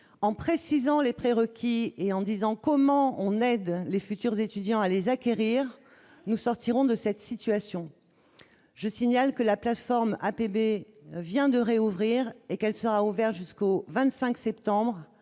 en précisant les pré-requis et en disant comment on aide les futurs étudiants à les acquérir, nous sortirons de cette situation, je signale que la plateforme APB vient de réouvrir et quel sera ouvert jusqu'au 25 septembre